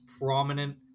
prominent